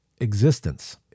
existence